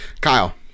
Kyle